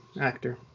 actor